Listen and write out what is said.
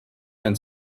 can